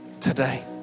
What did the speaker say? today